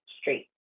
Street